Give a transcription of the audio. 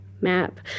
map